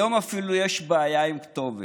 היום אפילו יש בעיה עם כתובת.